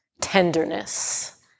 Tenderness